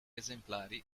esemplari